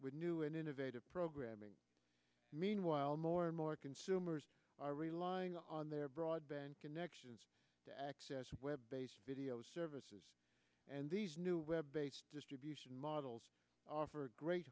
with new and innovative programming meanwhile more and more consumers are relying on their broadband connections to access web based video services and these new web based distribution models offer gr